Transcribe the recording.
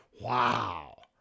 wow